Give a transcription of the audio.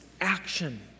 action